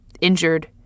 injured